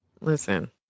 listen